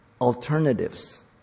alternatives